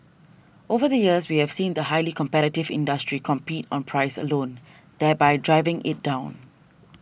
over the years we have seen the highly competitive industry compete on price alone thereby driving it down